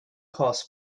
costs